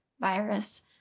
virus